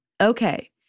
Okay